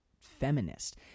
feminist